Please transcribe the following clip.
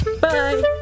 Bye